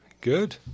Good